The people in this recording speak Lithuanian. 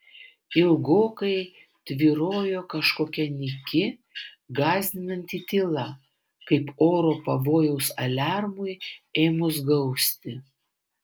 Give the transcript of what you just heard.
ilgokai tvyrojo kažkokia nyki gąsdinanti tyla kaip oro pavojaus aliarmui ėmus gausti